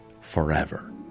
forever